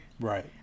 Right